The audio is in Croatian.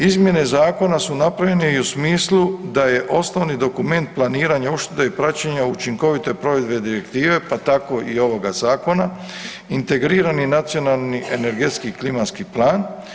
Izmjene zakona su napravljene i u smislu da je osnovni dokument planiranja ušteda i praćenja učinkovite provedbe direktive, pa tako i ovoga zakona integrirani nacionalni energetski klimatski plan.